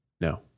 No